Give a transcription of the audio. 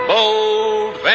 Bold